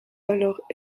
alors